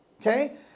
Okay